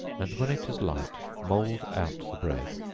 and when it is light, mould out the bread,